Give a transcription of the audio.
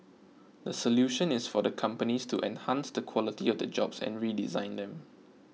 the solution is for the companies to enhance the quality of the jobs and redesign them